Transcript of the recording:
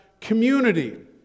community